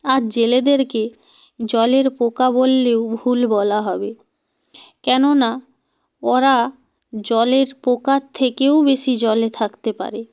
আর জেলেদেরকে জলের পোকা বললেও ভুল বলা হবে কেননা ওরা জলের পোকার থেকেও বেশি জলে থাকতে পারে